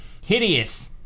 hideous